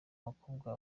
abakobwa